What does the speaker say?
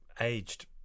aged